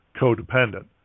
codependent